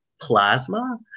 plasma